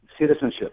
citizenship